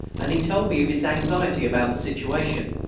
and he told me of his anxiety about the situation.